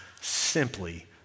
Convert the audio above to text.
simply